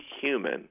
human